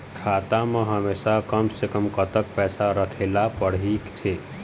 खाता मा हमेशा कम से कम कतक पैसा राखेला पड़ही थे?